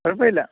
കുഴപ്പം ഇല്ല